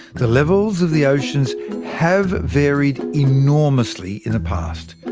the levels of the oceans have varied enormously in the past.